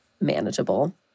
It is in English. manageable